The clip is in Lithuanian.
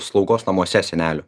slaugos namuose senelių